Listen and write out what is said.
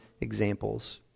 examples